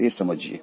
તે સમજીએ